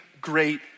great